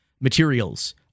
materials